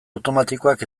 automatikoak